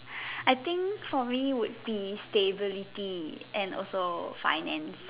I think for me is stability and also finance